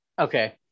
Okay